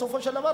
בסופו של דבר,